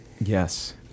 yes